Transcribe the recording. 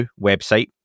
website